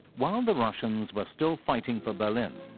while the russians were still fighting for berlin,